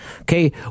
okay